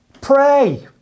pray